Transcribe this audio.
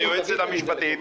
והיועצת המשפטית,